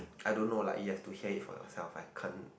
I don't know lah you have to hear it for yourself I can't